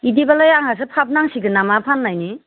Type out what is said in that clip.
बिदिबालाय आंहासो फाब नांसिगोन नामा फान्नायनि